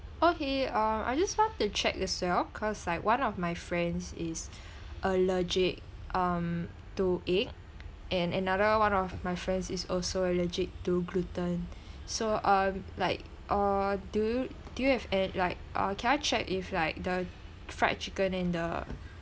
okay uh I just want to check as well cause like one of my friends is allergic um to egg and another one of my friends is also allergic to gluten so uh like uh do you do you have and like uh can I check if like the fried chicken and the